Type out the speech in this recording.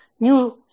new